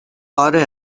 اره